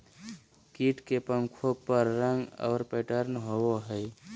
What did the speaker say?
कीट के पंखों पर रंग और पैटर्न होबो हइ